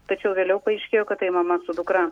tačiau vėliau paaiškėjo kad tai mama su dukra